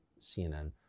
CNN